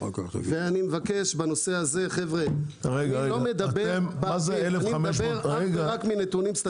ואני מבקש בנושא הזה אני מדבר אך ורק מנתונים סטטיסטיים.